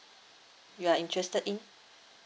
you are interested in